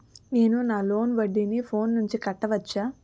నేను నా లోన్ వడ్డీని ఫోన్ నుంచి కట్టవచ్చా?